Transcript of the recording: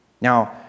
Now